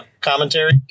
commentary